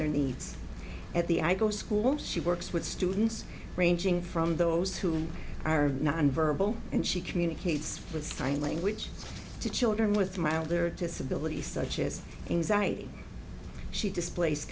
their needs at the i go school she works with students ranging from those who are not verbal and she communicates with sign language to children with mild their disabilities such as anxiety she displa